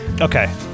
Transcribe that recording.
Okay